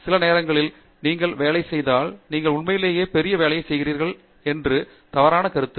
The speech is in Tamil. சில நேரங்களில் நீங்கள் வேலை செய்தால் நீங்கள் உண்மையிலேயே பெரிய வேலையைச் செய்கிறீர்கள் என்பது தவறான கருத்து